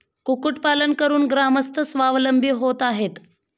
कुक्कुटपालन करून ग्रामस्थ स्वावलंबी होत आहेत